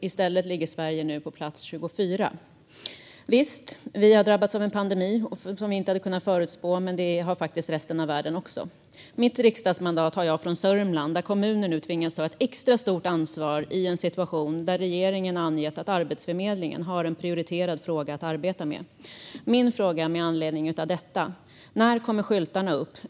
I stället ligger Sverige nu på plats 24. Visst, vi har drabbats av en pandemi som vi inte kunde förutspå, men det har faktiskt resten av världen också. Mitt riksdagsmandat har jag från Sörmland, där kommunen nu tvingas ta ett extra stort ansvar i en situation där regeringen har angett att Arbetsförmedlingen har en prioriterad fråga att arbeta med. Min fråga med anledning av detta är: När kommer skyltarna upp?